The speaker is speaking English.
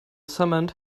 cement